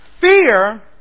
fear